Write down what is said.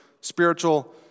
spiritual